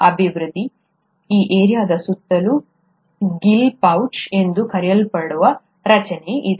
ಅಭಿವೃದ್ಧಿ ಈ ಏರಿಯಾದ ಸುತ್ತಲೂ ಗಿಲ್ ಪೌಚ್ ಎಂದು ಕರೆಯಲ್ಪಡುವ ರಚನೆ ಇದೆ